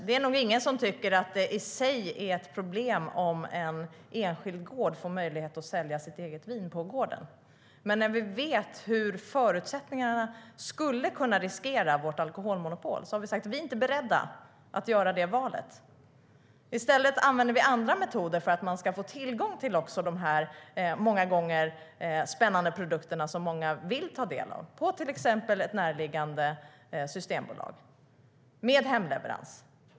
Det är nog ingen som tycker att det är ett problem om en enskild gård får möjlighet att sälja sitt eget vin på gården, men när vi vet hur förutsättningarna skulle kunna riskera vårt alkoholmonopol har vi sagt att vi inte är beredda att göra det valet. I stället använder vi andra metoder för att man ska få tillgång till dessa många gånger spännande produkter som många vill ta del av, till exempel kan de säljas på ett närliggande systembolag med hemleverans.